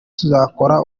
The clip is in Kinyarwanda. tuzakora